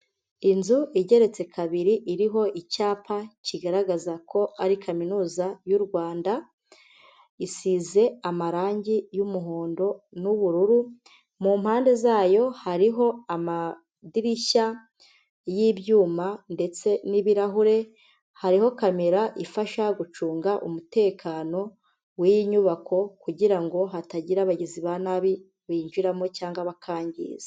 Inzu igeretse kabiri iriho icyapa kigaragaza ko ari Kaminuza y'u Rwanda, isize amarangi y'umuhondo n'ubururu, mu mpande zayo hariho amadirishya y'ibyuma ndetse n'ibirahure, hariho kamera ifasha gucunga umutekano w'iyi nyubako kugira ngo hatagira abagizi ba nabi binjiramo cyangwa bakangiza.